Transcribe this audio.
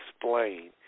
explain